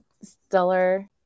stellar